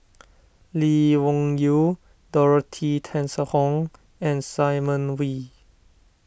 Lee Wung Yew Dorothy Tessensohn and Simon Wee